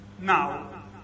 Now